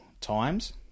times